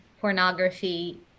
pornography